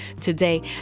today